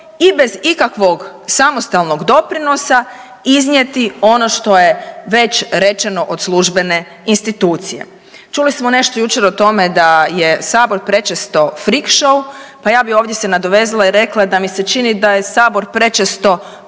i bez ikakvog samostalnog doprinosa iznijeti ono što je već rečeno od službene institucije. Čuli smo nešto jučer o tome da je sabor prečesto frik šou, pa ja bi ovdje se nadovezala i rekla da mi se čini da je sabor prečesto